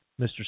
Mr